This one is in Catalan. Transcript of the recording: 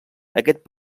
aquest